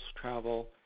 travel